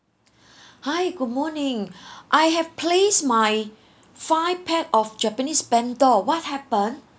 hi good morning I have placed my five pack of japanese bento what happen